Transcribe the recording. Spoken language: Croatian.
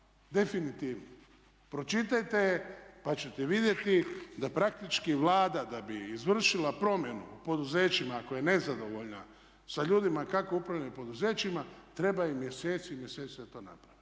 definitivno. Pročitajte pa ćete vidjeti da praktički Vlada da bi izvršila promjenu poduzećima koja je nezadovoljna, sa ljudima kako upravljaju poduzećima treba im mjeseci i mjeseci da to naprave.